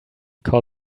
call